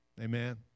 Amen